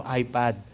iPad